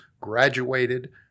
graduated